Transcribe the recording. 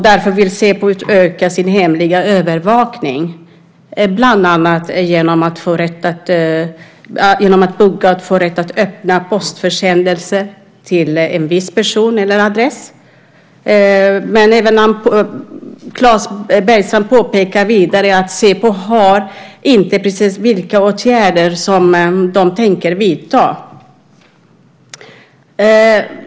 Därför vill Säpo utöka sin hemliga övervakning bland annat genom buggning och genom rätten att öppna postförsändelser till en viss person eller till en viss adress. Klas Bergenstrand påpekar också att Säpo inte vet precis vilka åtgärder de tänker vidta.